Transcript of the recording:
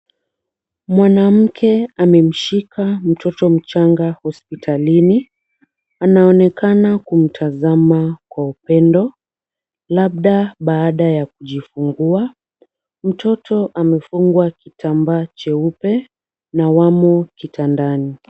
Mwanamke amemshika mtoto mchanga hospitalini. Anaonekana kumtazama kwa upendo labda baada ya kujifungua. Mtoto amefungwa kitambaa cheupe na wamo kitandani.